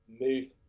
move